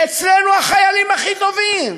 אצלנו החיילים הכי טובים.